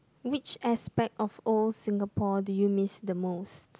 which aspect of old Singapore do you miss the most